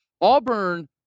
Auburn